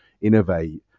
innovate